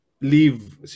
leave